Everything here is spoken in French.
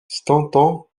stanton